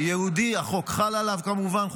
יהודי, החוק חל עליו, כמובן.